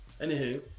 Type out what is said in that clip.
anywho